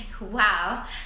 Wow